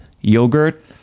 yogurt